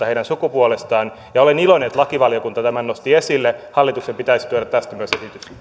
heidän sukupuolestaan olen iloinen että lakivaliokunta tämän nosti esille hallituksen pitäisi tuoda tästä myös